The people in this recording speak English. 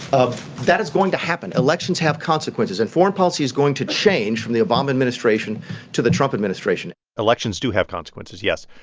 that is going to happen. elections have consequences, and foreign policy is going to change from the obama administration to the trump administration elections do have consequences, yes.